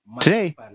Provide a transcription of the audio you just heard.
Today